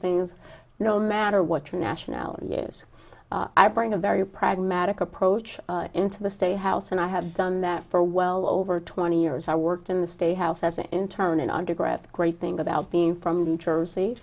things no matter what your nationality is i bring a very pragmatic approach into the state house and i have done that for well over twenty years i worked in the state house as an intern an undergrad great thing about being from jersey